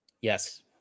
Yes